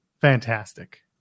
fantastic